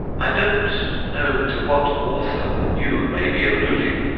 i don't know to what author you may be alluding,